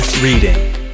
reading